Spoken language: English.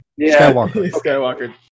Skywalker